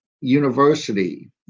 university